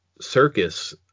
circus